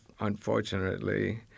unfortunately